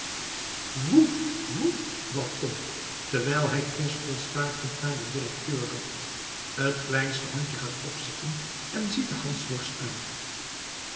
woef woef blaft tom terwijl hij kwispelstaartend naar den directeur loopt het kleinste hondje gaat opzitten en ziet den hansworst aan